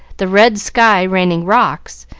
the red sky raining rocks,